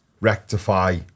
rectify